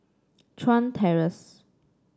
Chuan Terrace